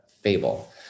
fable